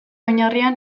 oinarrian